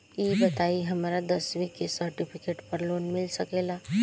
ई बताई हमरा दसवीं के सेर्टफिकेट पर लोन मिल सकेला?